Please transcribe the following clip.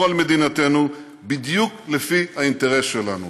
על מדינתנו בדיוק לפי האינטרס שלנו.